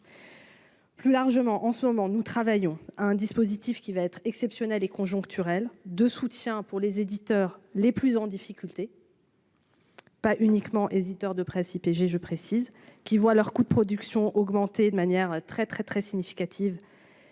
Plus largement, en ce moment, nous travaillons à un dispositif qui va être exceptionnels et conjoncturels de soutien pour les éditeurs les plus en difficulté. Pas uniquement éditeurs de presse IPG je précise, qui voient leurs coûts de production augmenter de manière très très très significative,